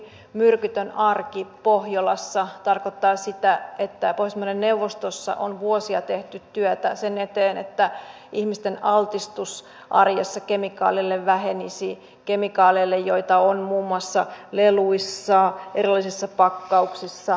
ensiksikin myrkytön arki pohjolassa tarkoittaa sitä että pohjoismaiden neuvostossa on vuosia tehty työtä sen eteen että ihmisten altistus arjessa kemikaaleille vähenisi kemikaaleille joita on muun muassa leluissa erilaisissa pakkauksissa ja kosmetiikassa